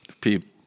people